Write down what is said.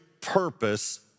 purpose